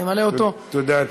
תמלא אותו נאמנה.